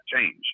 change